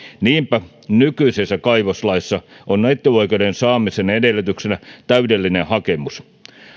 niinpä nykyisessä kaivoslaissa on etuoikeuden saamisen edellytyksenä täydellinen hakemus